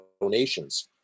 donations